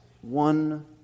one